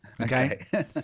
okay